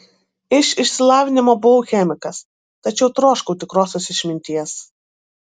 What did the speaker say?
iš išsilavinimo buvau chemikas tačiau troškau tikrosios išminties